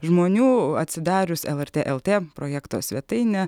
žmonių atsidarius lrt lt projekto svetainę